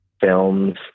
films